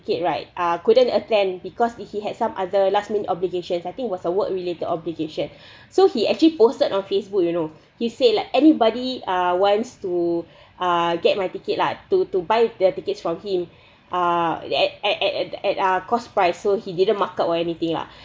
right ah couldn't attend because he had some other last minute obligations I think it was a work related obligation so he actually posted on facebook you know he said like anybody ah wants to ah get my ticket lah to to buy the tickets from him ah at at at at at uh cost price so he didn't mark up or anything lah